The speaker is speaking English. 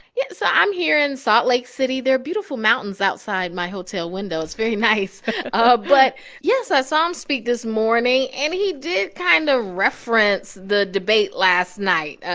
yeah. so i'm here in salt lake city. there are beautiful mountains outside my hotel windows. it's very nice ah but yes, i saw him speak this morning, and he did kind of reference the debate last night.